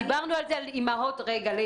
דיברנו על זה בהקשר של אימהות למתבגרים,